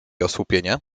osłupienie